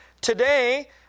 Today